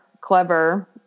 Clever